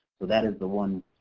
so that is the one,